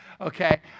okay